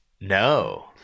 No